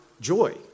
joy